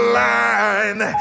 line